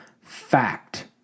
fact